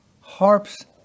harps